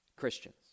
Christians